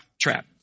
trap